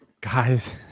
guys